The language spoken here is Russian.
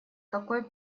какой